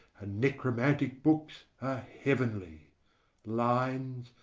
and necromantic books are heavenly lines,